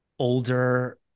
older